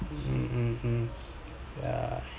mm mm mm yeah